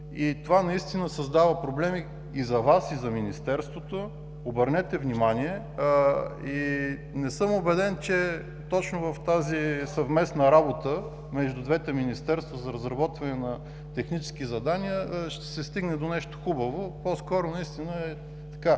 Това създава проблеми и за Вас, и за Министерството. Обърнете внимание, не съм убеден, че точно в тази съвместна работа между двете министерства за разработване на технически задания ще се стигне до него хубаво. По-скоро е съмнително.